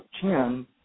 ten